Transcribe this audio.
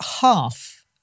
half